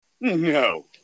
No